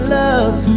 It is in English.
love